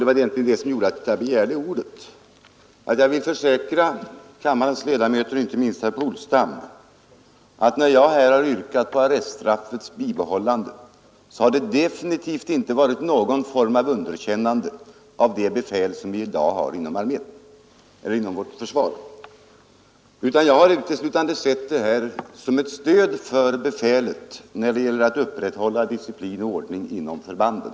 Men jag begärde egentligen ordet för att jag ville försäkra kammarens ledamöter och inte minst herr Polstam att när jag här har yrkat på arreststraffets bibehållande så har det definitivt inte varit någon form av underkännande av det befäl som vi i dag har inom vårt försvar. Jag har uteslutande sett detta som ett stöd för befälet när det gäller att upprätthålla disciplin och ordning inom förbanden.